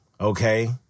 okay